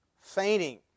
fainting